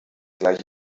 gleich